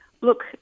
Look